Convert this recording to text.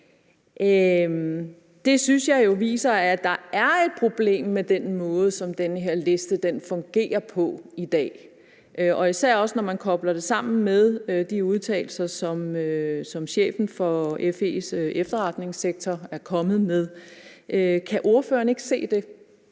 Det synes jeg jo viser, at der er et problem med den måde, som den her liste fungerer på i dag, og især også når man kobler det sammen med de udtalelser, som chefen for Forsvarets Efterretningstjeneste er kommet med. Kan ordføreren ikke se det?